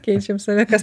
keičiam save kas